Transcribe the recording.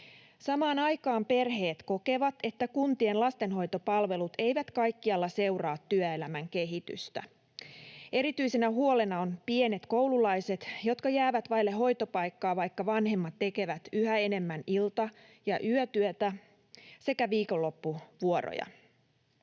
Samaan aikaan perheet kokevat, että kuntien lastenhoitopalvelut eivät kaikkialla seuraa työelämän kehitystä. Erityisenä huolena ovat pienet koululaiset, jotka jäävät vaille hoitopaikkaa, vaikka vanhemmat tekevät yhä enemmän ilta‑ ja yötyötä sekä viikonloppuvuoroja.